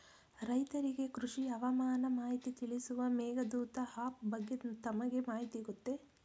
ರೈತರಿಗೆ ಕೃಷಿ ಹವಾಮಾನ ಮಾಹಿತಿ ತಿಳಿಸುವ ಮೇಘದೂತ ಆಪ್ ಬಗ್ಗೆ ತಮಗೆ ಮಾಹಿತಿ ಗೊತ್ತೇ?